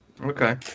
Okay